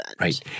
Right